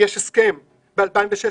יש הסכם מ-2016,